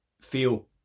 feel